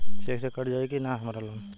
Check से कट जाई की ना हमार लोन?